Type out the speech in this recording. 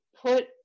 put